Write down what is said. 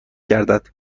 گردد